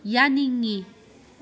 ꯌꯥꯅꯤꯡꯏ